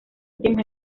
últimos